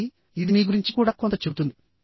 కాబట్టి ఇది మీ గురించి కూడా కొంత చెబుతుంది